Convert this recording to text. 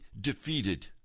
defeated